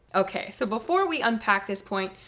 okay, so before we unpack this point,